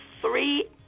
three